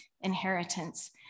inheritance